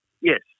yes